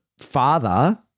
father